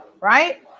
Right